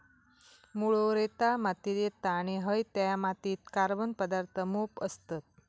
मुळो रेताळ मातीत येता आणि हयत्या मातीत कार्बन पदार्थ मोप असतत